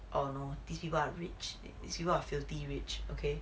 or no these people are rich it these people are filthy rich okay